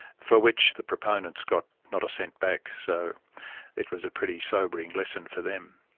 for which the proponents got not a cent back, so it was a pretty sobering lesson for them.